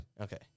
Okay